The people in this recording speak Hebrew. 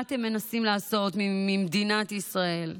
מה אתם מנסים לעשות ממדינת ישראל,